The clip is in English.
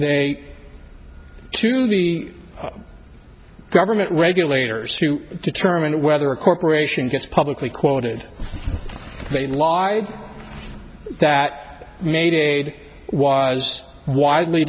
are to the government regulators to determine whether a corporation gets publicly quoted they lied that made was widely